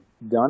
done